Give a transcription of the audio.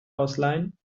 ausleihen